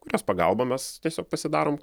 kurios pagalba mes tiesiog pasidarom